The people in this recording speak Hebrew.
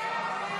הסתייגות 24 לא